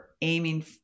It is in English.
aiming